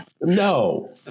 no